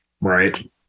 Right